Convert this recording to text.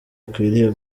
akwiriye